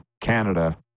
Canada